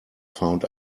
found